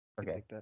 Okay